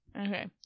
Okay